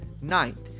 ninth